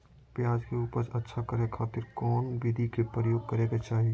प्याज के उपज अच्छा करे खातिर कौन विधि के प्रयोग करे के चाही?